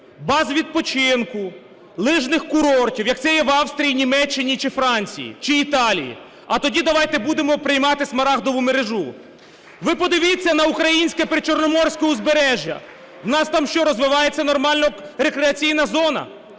баз відпочину, лижних курортів, як це є в Австрії, Німеччині чи Франції, чи Італії, а тоді давайте будемо приймати Смарагдову мережу. Ви подивіться на українське причорноморське узбережжя, у нас там, що, розвивається нормально рекреаційна зона?